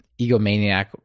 egomaniac